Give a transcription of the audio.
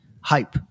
hype